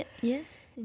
Yes